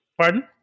Pardon